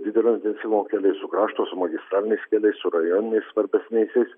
didelio intensyvumo keliai su krašto su magistraliniais keliais su rajoniniais svarbesniaisiais